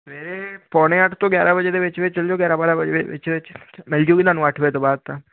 ਸਵੇਰੇ ਪੋਣੇ ਅੱਠ ਤੋਂ ਗਿਆਰ੍ਹਾਂ ਵਜੇ ਦੇ ਵਿੱਚ ਵਿੱਚ ਚੱਲ ਜੋ ਗਿਆਰ੍ਹਾਂ ਬਾਰ੍ਹਾਂ ਦੇ ਵਿੱਚ ਵਿੱਚ ਮਿਲਜੂਗੀ ਤੁਹਾਨੂੰ ਅੱਠ ਵਜੇ ਤੋਂ ਬਾਅਦ ਤਾਂ